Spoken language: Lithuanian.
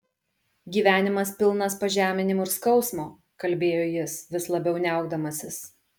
gyvenimas pilnas pažeminimų ir skausmo kalbėjo jis vis labiau niaukdamasis